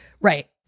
right